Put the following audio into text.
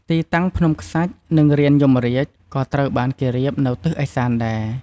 ទីតាំងភ្នំខ្សាច់ និងរានយមរាជ ក៏ត្រូវបានគេរៀបនៅទិសឦសានដែរ។